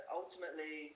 ultimately